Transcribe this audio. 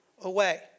away